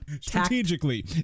strategically